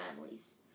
families